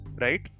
right